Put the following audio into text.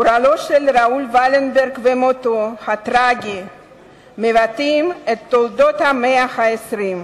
גורלו של ראול ולנברג ומותו הטרגי מבטאים את תולדות המאה ה-20.